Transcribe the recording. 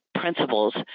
principles